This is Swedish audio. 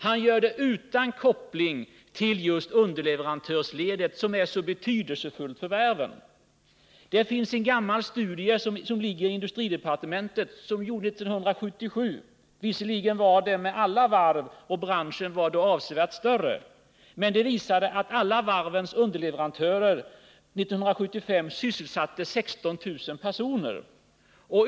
Han gör det t.ex. utan koppling till varven och underleverantörsledet, som är så betydelsefullt också för t.ex. Värmland. Det finns en studie som ligger i industridepartementet. Den gjordes 1977. Låt vara att alla varv ingick i den och att branschen då var avsevärt större. Den visade att alla varvs underleverantörer 1975 sysselsatte 16 000 personer.